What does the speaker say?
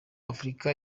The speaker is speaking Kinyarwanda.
africa